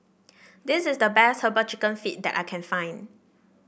this is the best herbal chicken feet that I can find